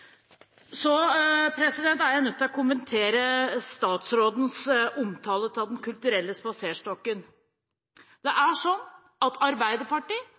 er nødt til å kommentere statsrådens omtale av Den kulturelle spaserstokken.